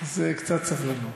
אז קצת סבלנות.